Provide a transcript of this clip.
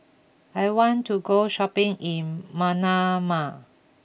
I want to go shopping in Manama